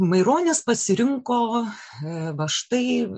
maironis pasirinko va štai